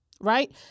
right